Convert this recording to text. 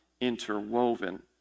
interwoven